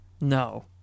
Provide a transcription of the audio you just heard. no